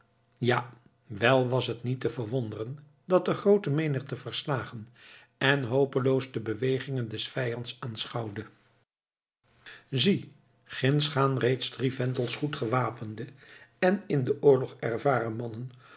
ja wèl was het niet te verwonderen dat de groote menigte verslagen en hopeloos de bewegingen des vijands aanschouwde zie ginds gaan reeds drie vendels goed gewapende en in den oorlog ervaren mannen